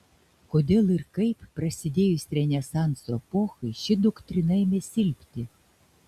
kodėl ir kaip prasidėjus renesanso epochai ši doktrina ėmė silpti